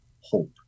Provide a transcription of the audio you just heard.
hope